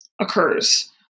occurs